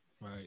Right